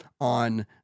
on